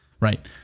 Right